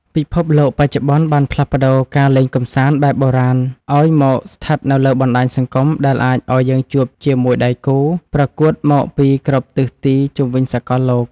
ពិភពលោកបច្ចុប្បន្នបានផ្លាស់ប្តូរការលេងកម្សាន្តបែបបុរាណឱ្យមកស្ថិតនៅលើបណ្តាញសង្គមដែលអាចឱ្យយើងជួបជាមួយដៃគូប្រកួតមកពីគ្រប់ទិសទីជុំវិញសកលលោក។